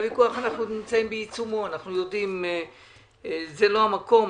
אנחנו נמצאים בעיצומו של הוויכוח וזה לא המקום.